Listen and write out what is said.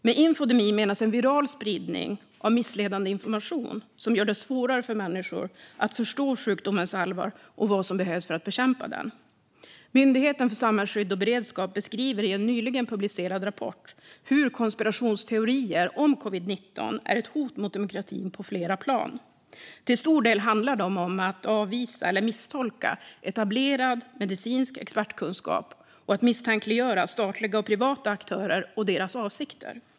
Med infodemi menas en viral spridning av missledande information som gör det svårare för människor att förstå sjukdomens allvar och vad som behövs för att bekämpa den. Myndigheten för samhällsskydd och beredskap beskriver i en nyligen publicerad rapport att konspirationsteorier om covid-19 är ett hot mot demokratin på flera plan. Till stor del handlar de om att avvisa eller misstolka etablerad medicinsk expertkunskap och att misstänkliggöra statliga och privata aktörer och deras avsikter.